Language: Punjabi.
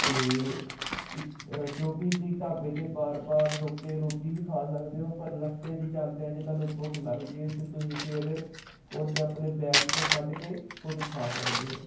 ਅਤੇ ਵ ਕਿਉਂਕਿ ਤੁਸੀਂ ਢਾਬੇ 'ਤੇ ਵਾਰ ਵਾਰ ਰੁਕ ਕੇ ਰੋਟੀ ਵੀ ਖਾ ਸਕਦੇ ਹੋ ਪਰ ਰਸਤੇ 'ਚ ਜਾਂਦਿਆਂ ਜੇ ਤੁਹਾਨੂੰ ਭੁੱਖ ਲੱਗ ਜਾਵੇ ਅਤੇ ਤੁਸੀਂ ਫਿਰ ਕੁਝ ਆਪਣੇ ਬੈਗ 'ਚੋਂ ਕੱਢ ਕੇ ਕੁਝ ਖਾ ਸਕਦੇ ਹੋ